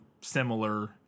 similar